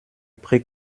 pré